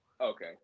Okay